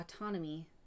autonomy